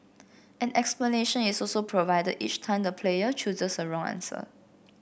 an explanation is also provided each time the player chooses a wrong answer